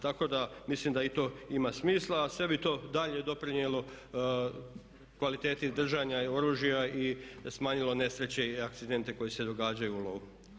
Tako da mislim da i to ima smisla, a sve bi to dalje doprinijelo kvaliteti držanja oružja i smanjilo nesreće i akcidente koji se događaju u lovu.